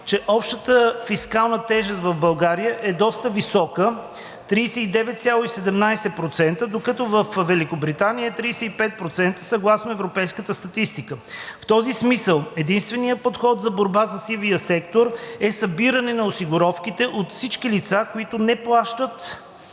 че общата фискална тежест в България е доста висока – 39,17%, докато във Великобритания е 35% съгласно европейската статистика. В този смисъл единственият подход за борба със сивия сектор е събиране на осигуровките от всички лица, които не плащат,